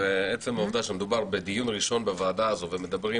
עצם העובדה שמדובר בדיון ראשון בוועדה הזאת ומדברים